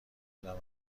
ادم